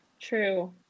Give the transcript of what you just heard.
True